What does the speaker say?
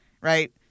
Right